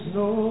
no